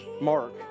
Mark